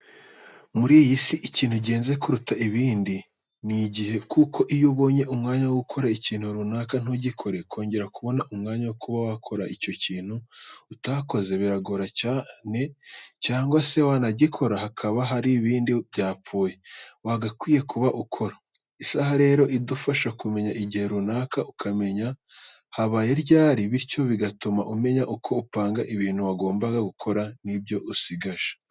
Muri iyi si ikintu gihenze kuruta ibindi ni igihe. Kuko iyo ubonye umwanya wo gukora ikintu runaka ntugikore kongera kubona umwanya wo kuba wakora cya kintu utakoze biragora cyane cyangwa se wanagikora hakaba hari ibindi byapfuye wagakwiye kuba ukora. Isaha rero idufasha kumenya igihe runaka ukamenya habaye ryari bityo bigatuma umenya uko upanga ibintu wagombaga gukora n'ibyo usigaje.